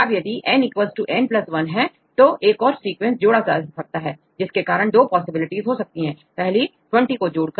अब यदिN n 1है तो एक और सीक्वेंस जोड़ा जा सकता है जिसके कारण दो पॉसिबिलिटी हो सकती है पहली 20 को जोड़कर